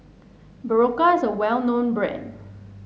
Berocca is a well known brand